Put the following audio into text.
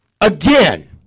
again